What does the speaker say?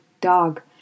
dog